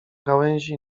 gałęzi